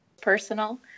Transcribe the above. personal